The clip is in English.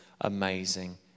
amazing